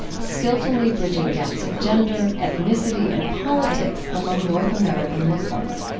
skillfully bridging gaps of gender, ethnicity, and politics among north american muslims